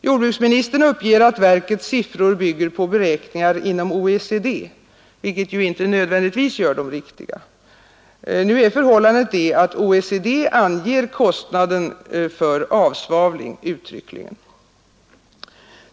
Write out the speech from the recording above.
Jordbruksministern uppger att verkets siffror bygger på beräkningar inom OECD, vilket ju inte nödvändigtvis gör dem riktiga. Nu är förhållandet det att OECD uttryckligen anger kostnaden för avsvavling.